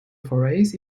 forays